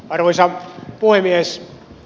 arvoisa puhemies